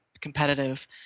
competitive